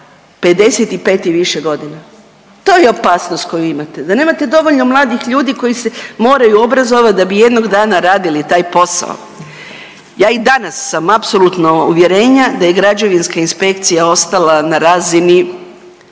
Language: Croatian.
55 i više godina. To je opasnost koju imate, da nemate dovoljno mladih ljudi koji se moraju obrazovati da bi jednog dana radili taj posao. Ja i danas sam apsolutno uvjerenja da je građevinska inspekcija ostala na razini,